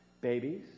babies